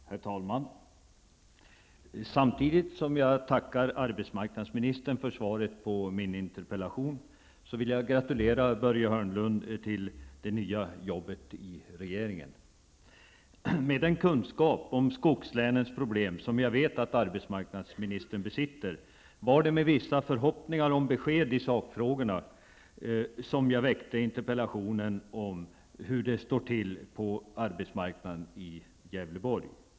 Herr talman! Samtidigt som jag tackar arbetsmarknadsministern för svaret på min interpellation, vill jag gratulera Börje Hörnlund till det nya arbetet i den nya regeringen. Med tanke på den kunskap om skogslänens problem som jag vet att arbetsmarknadsministern besitter var det med vissa förhoppningar om besked i sakfrågorna som jag väckte interpellationen om hur det står till på arbetsmarknaden i Gävleborgs län.